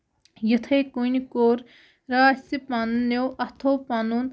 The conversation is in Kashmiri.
یِتھٕے کٔنہِ کوٚر راتھ تہِ پَنٕنیو اَتھو پَنُن